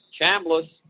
Chambliss